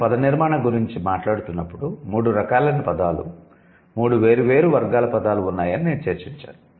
నేను పదనిర్మాణం గురించి మాట్లాడుతున్నప్పుడు మూడు రకాలైన పదాలు మూడు వేర్వేరు వర్గాల పదాలు ఉన్నాయని నేను చర్చించాను